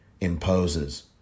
imposes